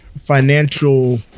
financial